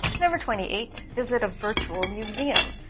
number twenty eight visit a virtual museum.